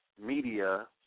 media